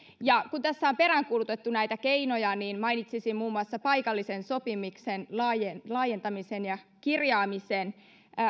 kun tässä on peräänkuulutettu näitä keinoja niin mainitsisin muun muassa paikallisen sopimisen laajentamisen laajentamisen ja kirjaamisen